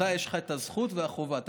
יש לך הזכות והחובה.